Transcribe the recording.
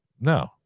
no